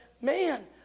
man